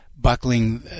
buckling